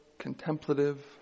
contemplative